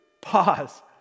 Pause